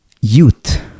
youth